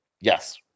Yes